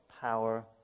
power